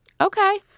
Okay